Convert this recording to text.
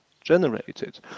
generated